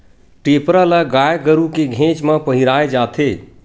टेपरा ल गाय गरु के घेंच म पहिराय जाथे